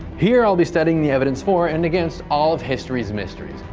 here, i'll be studying the evidence for and against all of history's mysteries,